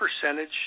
percentage